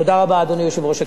תודה רבה, אדוני היושב-ראש.